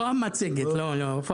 לא המצגת, לא, לא.